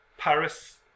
paris